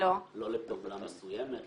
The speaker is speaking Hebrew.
לא לפעולה מסוימת,